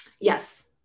Yes